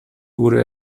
wurde